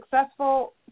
successful